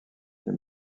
les